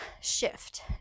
shift